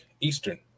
Eastern